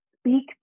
speak